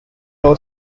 law